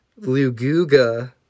Luguga